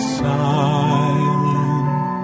silent